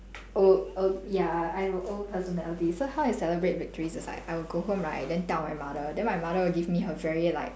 old old ya I have an old personality so how I celebrate victories is like I will go home right then tell my mother then my mother will give me her very like